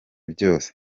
byose